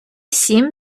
сім